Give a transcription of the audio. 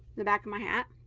the back of my hat